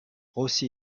rossi